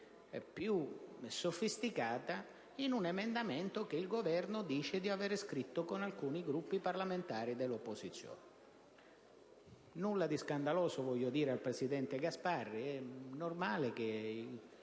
più sofisticata in un emendamento che il Governo dice di avere scritto con alcuni Gruppi parlamentari dell'opposizione. Nulla di scandaloso, dico al presidente Gasparri. È normale che